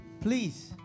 please